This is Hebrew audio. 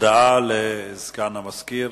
הודעה לסגן המזכיר,